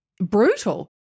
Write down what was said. brutal